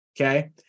Okay